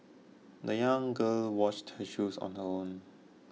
the young girl washed her shoes on her own